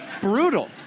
brutal